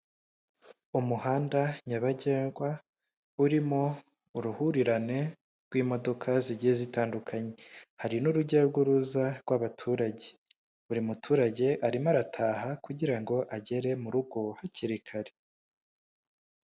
Umuhanda nyabagendwa urimo uruhurirane rw'imodoka zigiye zitandukanye, hari n'urujya rw'uruza rw'abaturage. Buri muturage arimo arataha kugira ngo agere mu rugo hakiri kare.